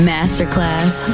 Masterclass